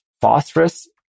phosphorus